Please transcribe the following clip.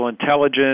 intelligence